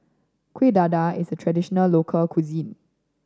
Kueh Dadar is a traditional local cuisine